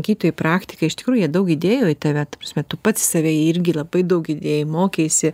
gydytojai praktikai iš tikrųjų jie daug įdėjo į tave ta prasme tu pati į save irgi labai daug įdėjai mokeisi